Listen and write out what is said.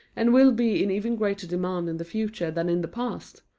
and will be in even greater demand in the future than in the past,